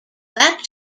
that